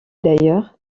d’ailleurs